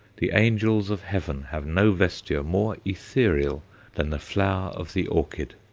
the angels of heaven have no vesture more ethereal than the flower of the orchid.